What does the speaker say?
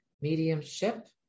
Mediumship